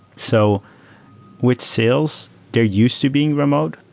so with sales, they're used to being remote,